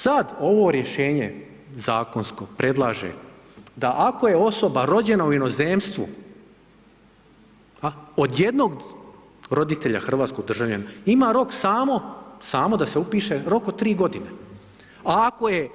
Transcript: Sada ovo rješenje zakonsko predlaže da ako je osoba rođena u inozemstvu a od jednog roditelja hrvatskog državljana ima rok samo, samo da se upiše, rok od 3 godine a ako je